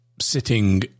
sitting